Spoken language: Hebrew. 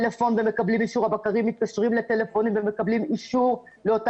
הבקרים מתקשרים לטלפונים ומקבלים אישור לאותה